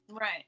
Right